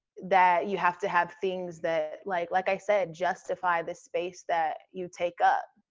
that you have to have things that like, like i said, justify the space that you take up.